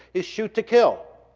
is shoot to kill.